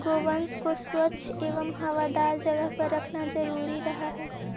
गोवंश को स्वच्छ एवं हवादार जगह पर रखना जरूरी रहअ हई